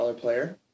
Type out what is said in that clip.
player